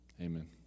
Amen